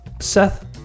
Seth